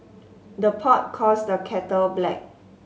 the pot calls the kettle black